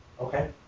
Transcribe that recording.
Okay